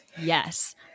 yes